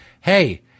hey